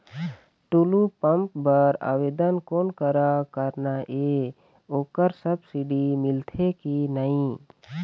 Tullu pump बर आवेदन कोन करा करना ये ओकर सब्सिडी मिलथे की नई?